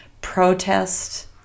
protest